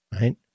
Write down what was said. right